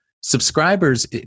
Subscribers